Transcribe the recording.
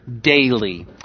daily